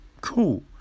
cool